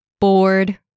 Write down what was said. Bored